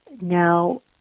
Now